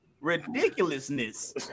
ridiculousness